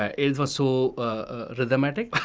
ah it was so dramatic.